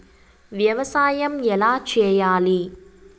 వ్యవసాయం ఎలా చేయాలి?